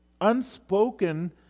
unspoken